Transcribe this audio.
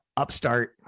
Upstart